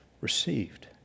received